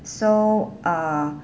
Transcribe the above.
so uh